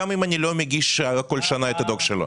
גם אם אני לא מגיש כל שנה את הדוח שלו.